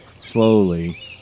slowly